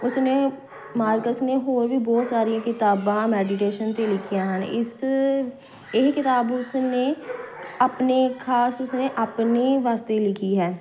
ਉਸਨੇ ਮਾਰਕਸ ਨੇ ਹੋਰ ਵੀ ਬਹੁਤ ਸਾਰੀਆਂ ਕਿਤਾਬਾਂ ਮੈਡੀਟੇਸ਼ਨ 'ਤੇ ਲਿਖੀਆਂ ਹਨ ਇਸ ਇਹ ਕਿਤਾਬ ਉਸ ਨੇ ਆਪਣੇ ਖ਼ਾਸ ਉਸਨੇ ਆਪਣੇ ਵਾਸਤੇ ਲਿਖੀ ਹੈ